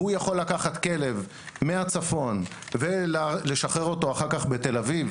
והוא יכול לקחת כלב מהצפון ולשחרר אותו אחר כך בתל אביב